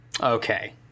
Okay